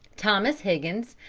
thomas higgins,